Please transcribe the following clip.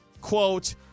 quote